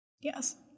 Yes